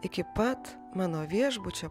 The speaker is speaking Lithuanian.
iki pat mano viešbučio